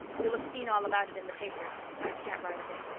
you'll have seen all about it in the papers i can't write of it.